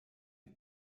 die